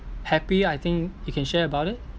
happy I think you can share about it